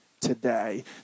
today